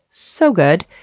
so good.